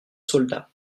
soldats